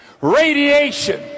radiation